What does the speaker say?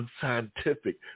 unscientific